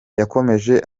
yakomeje